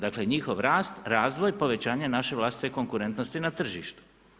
Dakle, njihov rast, razvoj, povećanje naše vlastite konkurentnosti na tržištu.